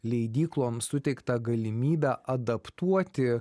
leidykloms suteiktą galimybę adaptuoti